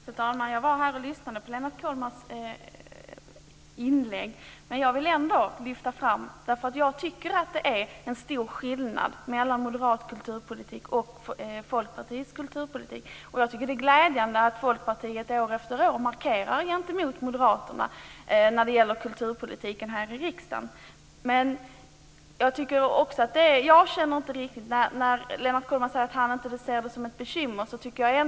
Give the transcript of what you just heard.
Fru talman! Jag var här i kammaren och lyssnade på Lennart Kollmats inlägg. Jag vill ändå lyfta fram den här frågan. Det är en stor skillnad mellan Moderaternas kulturpolitik och Folkpartiets kulturpolitik. Jag tycker att det är glädjande att Folkpartiet år efter år här i riksdagen markerar gentemot Moderaterna när det gäller kulturpolitiken. Lennart Kollmats säger att han inte ser det som ett bekymmer.